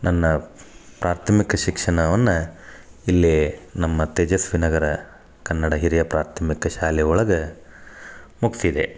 ನನ್ನ ಪ್ರಾಥಮಿಕ ಶಿಕ್ಷಣವನ್ನ ಇಲ್ಲಿ ನಮ್ಮ ತೇಜಸ್ವಿ ನಗರ ಕನ್ನಡ ಹಿರಿಯ ಪ್ರಾಥಮಿಕ ಶಾಲೆ ಒಳಗೆ ಮುಗಿಸಿದೆ